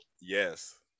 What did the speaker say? Yes